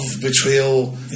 betrayal